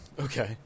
Okay